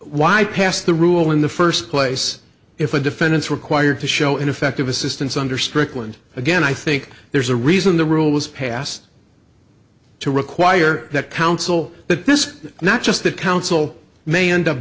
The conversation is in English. why pass the rule in the first place if a defendant's required to show ineffective assistance under strickland again i think there's a reason the rule was passed to require that counsel that this not just the council may end up